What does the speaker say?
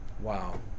Wow